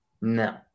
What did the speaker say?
no